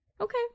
Okay